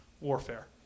warfare